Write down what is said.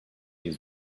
use